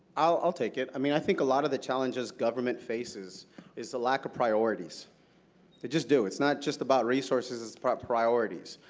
i'll take it. i mean i think a lot of the challenges government faces is the lack of priorities. they just do it. it's not just about resources. it's about priorities.